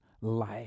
life